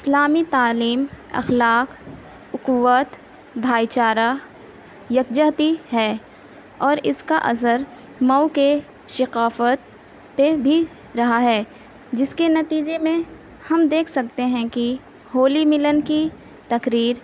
اسلامی تعلیم اخلاق اخوت بھائی چارہ یکجہتی ہے اور اس کا اثر مئو کے ثقافت پہ بھی رہا ہے جس کے نتیجے میں ہم دیکھ سکتے ہیں کہ ہولی ملن کی تقریر